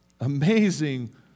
amazing